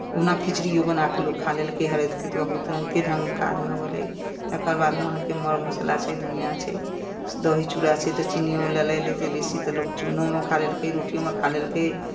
ओना खिचड़ियो बना कऽ लोक खा लेलकै हरदिकेँ तऽ बहुत रङ्गके ढंग काज भऽ गेलै तकर बादमे अहाँके मर मसाला छै दुनिआँ छै दही चूड़ा छै तऽ चीनीयो लऽ लेली तऽ बेसी तऽ लोक चूड़ोमे खा लेलकै रोटियोमे खा लेलकै